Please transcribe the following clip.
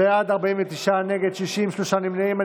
בעד, 49, נגד, 58, שלושה נמנעים.